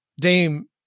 Dame